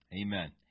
Amen